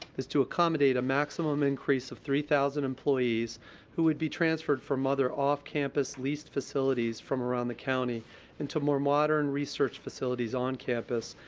is to accommodate a maximum increase of three thousand employees who would be transferred from other off-campus leased facilities from around the county into more modern research facilities on campus,